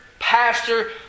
Pastor